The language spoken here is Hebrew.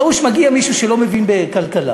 ראו שמגיע מישהו שלא מבין בכלכלה,